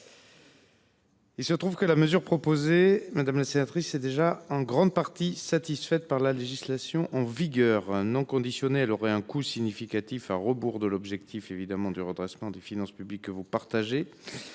il se trouve que la mesure proposée est déjà en grande partie satisfaite par la législation en vigueur. Non conditionnée, elle aurait un coût significatif, à rebours de l’objectif de redressement des finances publiques, que – je